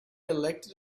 elected